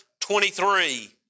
23